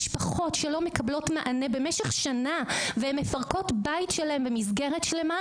משפחות שלא מקבלות מענה במשך שנה והן מפרקות בית שלם ומסגרת שלמה,